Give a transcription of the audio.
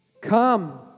Come